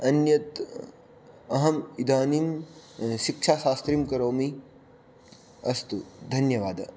अन्यत् अहम् इदानीं शिक्षा शास्त्रिं करोमि अस्तु धन्यवादः